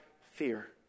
fear